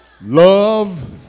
Love